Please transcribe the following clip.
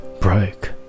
broke